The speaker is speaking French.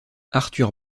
arthur